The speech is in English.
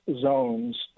zones